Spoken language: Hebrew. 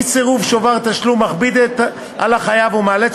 אי-צירוף שובר תשלום מכביד על החייב ומאלץ